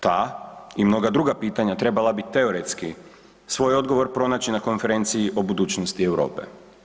Ta i mnoga druga pitanja trebala bi teoretski svoj odgovor pronaći na konferenciji o budućnosti Europe.